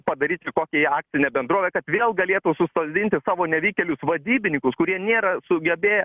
padaryt į kokį akcinę bendrovę kad vėl galėtų susodinti savo nevykėlius vadybininkus kurie nėra sugebėję